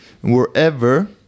Wherever